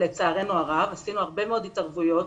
עשינו הרבה מאוד התערבויות,